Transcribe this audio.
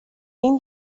این